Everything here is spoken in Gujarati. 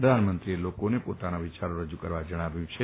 પ્રધાનમંત્રીએ લોકોને પોતાના વિચારો રજુ કરવા જણાવ્યું છે